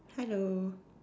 hello